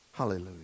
Hallelujah